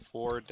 Four